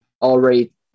already